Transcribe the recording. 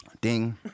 ding